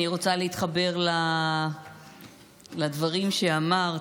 אני רוצה להתחבר לדברים שאמרת.